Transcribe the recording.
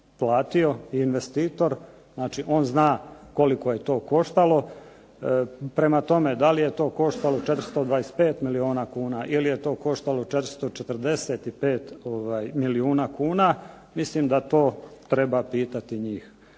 platio i investitor, znači on zna koliko je to koštalo. Prema tome, da li je to koštalo 425 milijuna kuna ili je to 445 milijuna kuna mislim da to treba pitati njih.